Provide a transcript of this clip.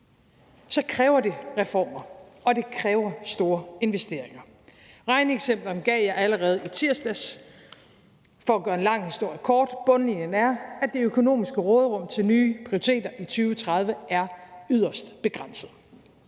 kræver det reformer, og det kræver store investeringer. Regneeksemplerne gav jeg allerede i tirsdags. For at gøre en lang historie kort: Bundlinjen er, at det økonomiske råderum til nye prioriteter i 2030 er yderst begrænset.